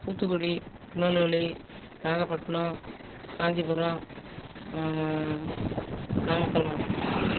தூத்துக்குடி திருநெல்வேலி நாகப்பட்டினம் காஞ்சிபுரம் நாமக்கல் மாவட்டம்